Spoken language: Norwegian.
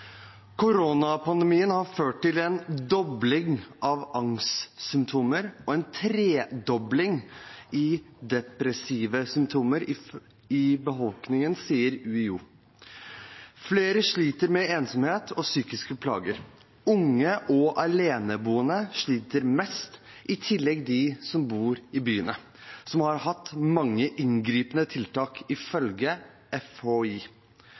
tredobling av depressive symptomer i befolkningen, sier UiO. Flere sliter med ensomhet og psykiske plager. Ifølge FHI sliter unge og aleneboende mest, i tillegg til de som bor i byene, som har hatt mange inngripende tiltak.